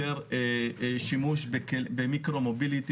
יותר שימוש במיקרו-מוביליטי,